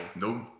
no